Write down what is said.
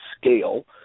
scale